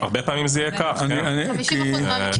הרבה פעמים זה יהיה כך, אבל לא בהכרח.